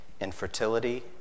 infertility